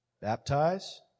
baptize